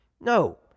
No